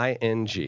ing